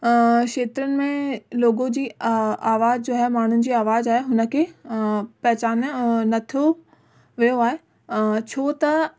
खेत्रनि में लोगों जी आवाज़ जो आहे माण्हूनि जी आवाज़ हुनखे पहचाने नथो वियो आहे छो त